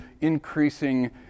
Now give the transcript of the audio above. increasing